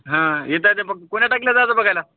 हा येता य ते बघ कोण्या टाकीला जायचं बघायला